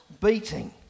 beating